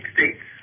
States